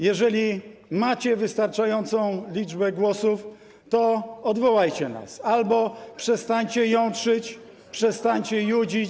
Jeżeli macie wystarczającą liczbę głosów, to odwołajcie nas albo przestańcie jątrzyć, przestańcie judzić.